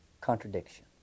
contradiction